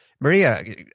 Maria